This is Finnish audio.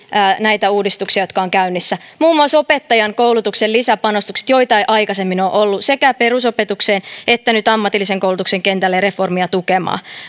näitä uudistuksia jotka ovat käynnissä muun muassa opettajainkoulutuksen lisäpanostukset joita ei aikaisemmin ole ollut sekä perusopetukseen että ammatillisen koulutuksen kentälle reformia tukemaan